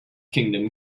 kingdom